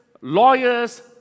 lawyers